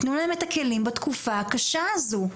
תנו להם את הכלים בתקופה הקשה הזאת.